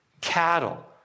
cattle